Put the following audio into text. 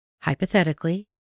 Hypothetically